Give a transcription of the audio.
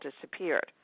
disappeared